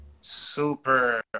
super